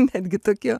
netgi tokie